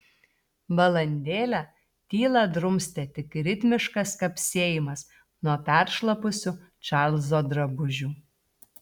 valandėlę tylą drumstė tik ritmiškas kapsėjimas nuo peršlapusių čarlzo drabužių